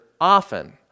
often